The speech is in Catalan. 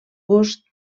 gust